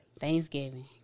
Thanksgiving